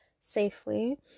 safely